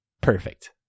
Perfect